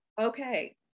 Okay